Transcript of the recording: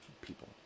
people